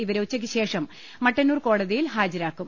ഇവരെ ഉച്ചയ്ക്ക് ശേഷം മട്ടന്നൂർ കോടതിയിൽ ഹാജരാക്കും